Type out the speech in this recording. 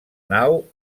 nau